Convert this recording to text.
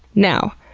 now,